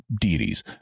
deities